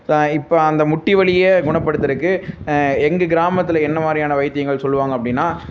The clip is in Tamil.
இப்போ இப்போ அந்த முட்டிவலியை குணப்படுத்துகிறக்கு எங்கள் கிராமத்தில் என்னமாதிரியான வைத்தியங்கள் சொல்லுவாங்க அப்படின்னா